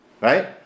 Right